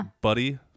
Buddy